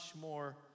more